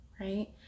Right